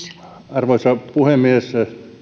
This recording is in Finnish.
arvoisa puhemies